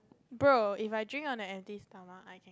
bro if I drink on an empty stomach I can